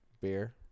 Beer